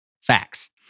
Facts